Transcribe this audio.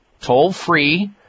Toll-free